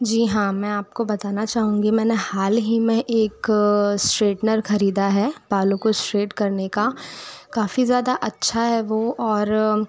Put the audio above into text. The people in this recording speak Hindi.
जी हाँ मैं आप को बताना चाहूँगी मैंने हाल ही में एक इश्ट्रेटनर ख़रीदा है बालों को इश्ट्रेट करने का काफ़ी ज़्यादा अच्छा है वो